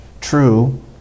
true